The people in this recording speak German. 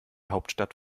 hauptstadt